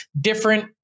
different